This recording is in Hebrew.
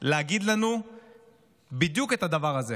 להגיד לנו בדיוק את הדבר הזה.